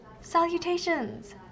Salutations